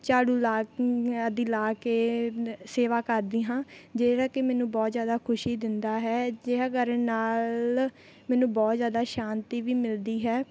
ਝਾੜੂ ਲਗਾ ਆਦਿ ਲਗਾ ਕੇ ਸੇਵਾ ਕਰਦੀ ਹਾਂ ਜਿਹੜਾ ਕਿ ਮੈਨੂੰ ਬਹੁਤ ਜ਼ਿਆਦਾ ਖੁਸ਼ੀ ਦਿੰਦਾ ਹੈ ਅਜਿਹਾ ਕਰਨ ਨਾਲ ਮੈਨੂੰ ਬਹੁਤ ਜ਼ਿਆਦਾ ਸ਼ਾਂਤੀ ਵੀ ਮਿਲਦੀ ਹੈ